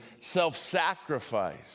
self-sacrifice